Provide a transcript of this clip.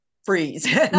freeze